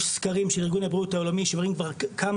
יש סקרים של ארגון הבריאות העולמי שמראים כבר כמה